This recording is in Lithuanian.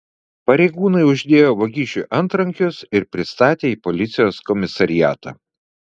pareigūnai uždėjo vagišiui antrankius ir pristatė į policijos komisariatą